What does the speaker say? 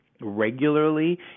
regularly